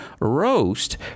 roast